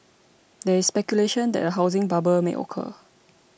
there is speculation that a housing bubble may occur